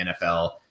NFL